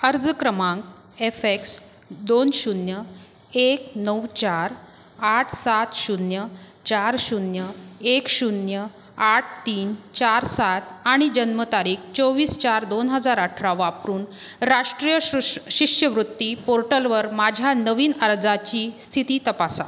अर्ज क्रमा F X दोन शून्य एक नऊ चार आठ सात शून्य चार शून्य एक शून्य आठ तीन चार सात आणि जन्मतारी चोवीस चार दोन हजार अठरा वापरून राष्ट्रीय श्रूष शिष्यवृत्ती पोर्टलवर माझ्या नवीन अर्जाची स्थिती तपासा